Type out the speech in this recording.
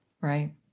Right